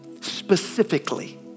specifically